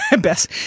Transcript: Best